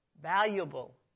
valuable